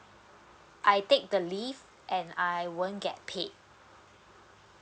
I take the leave and I won't get paid